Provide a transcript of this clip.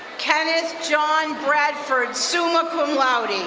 kenneth john bradford, summa cum laude.